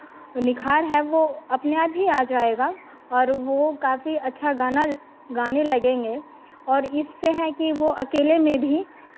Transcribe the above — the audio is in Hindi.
निखार है वो अपने आप ही आ जायेगा और वो काफी अच्छा गाना गाने लगेंगे और इससे है कि वो अकेले में भी